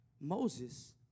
Moses